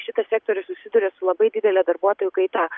šitas sektorius susiduria su labai didele darbuotojų kaita